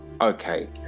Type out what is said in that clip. okay